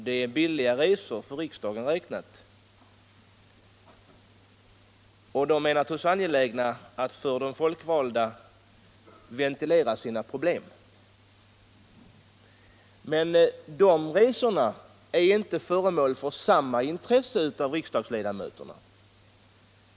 Det är billiga resor för riksdagen, och inbjudarna är naturligtvis angelägna om att med de folkvalda få ventilera sina problem. Men de resorna är inte föremål för samma intresse av riksdagsledamöterna.